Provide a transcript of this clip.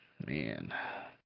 Man